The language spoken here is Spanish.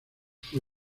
fue